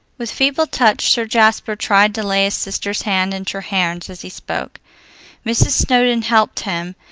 with feeble touch sir jasper tried to lay his sister's hand in treherne's as he spoke mrs. snowdon helped him,